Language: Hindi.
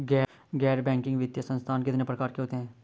गैर बैंकिंग वित्तीय संस्थान कितने प्रकार के होते हैं?